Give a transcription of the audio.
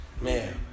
Man